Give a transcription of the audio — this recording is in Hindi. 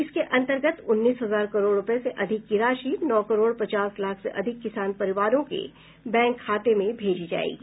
इसके अंतर्गत उन्नीस हजार करोड़ रूपये से अधिक की राशि नौ करोड़ पचास लाख से अधिक किसान परिवारों के बैंक खातों में भेजी जाएगी